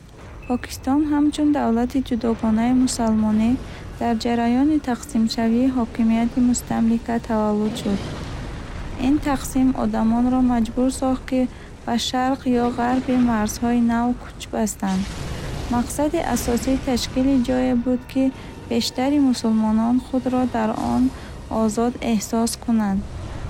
Покистон ҳамчун давлати ҷудогонаи мусалмонӣ дар ҷараёни тақсимшавии ҳокимияти мустамлика таваллуд шуд. Ин тақсим одамонро маҷбур сохт, ки ба шарқ ё ғарби марзҳои нав кӯч бастанд. Мақсади асосӣ ташкили ҷойе буд, ки бештари мусулмонон худро дар он озод эҳсос кунанд.